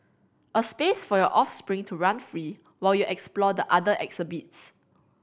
a space for your offspring to run free while you explore the other exhibits